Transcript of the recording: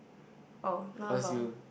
oh now about